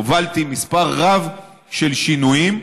הובלתי מספר רב של שינויים,